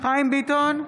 חיים ביטון,